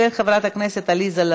התקבלה בקריאה טרומית ועוברת